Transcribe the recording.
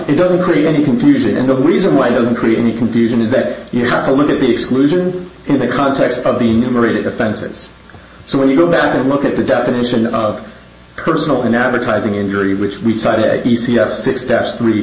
it doesn't create any confusion and the reason why doesn't create any confusion is that you have to look at the exclusion in the context of the numerated offenses so when you go back and look at the definition of personal in advertising injury which we cited